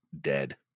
dead